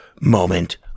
moment